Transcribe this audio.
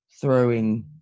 throwing